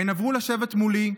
הן עברו לשבת מולי,